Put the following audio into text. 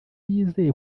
yizeye